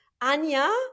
Anya